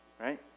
right